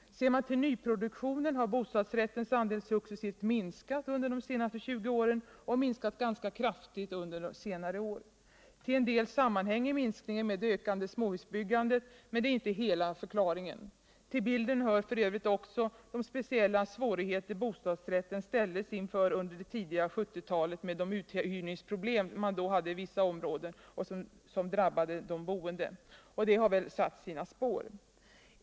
Ser man till nyproduktionen finner man att bostadsrättens andel successivt minskat under de senaste 20 åren och minskat ganska kraftigt under senare år. Till en del sammanhänger minskningen med det ökade småhusbyggandet, men det är inte hela förklaringen. Till bilden hör f. ö. också de speciella svårigheter bostadsrätten ställdes inför under det tidiga 1970-talet med de uthyrningsproblem som man då hade i vissa områden och som drabbade de boende. Och det har väl satt sina spår.